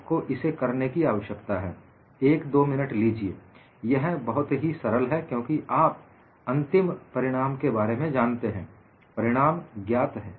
आपको इसे करने की आवश्यकता है एक दो मिनट लीजिए यह बहुत ही सरल है क्योंकि आप अंतिम परिणाम के बारे में जानते हैं परिणाम ज्ञात है